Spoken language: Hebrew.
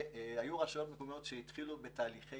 היו רשויות מקומיות שהתחילו בתהליכי